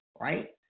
right